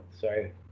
sorry